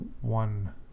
one